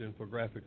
infographics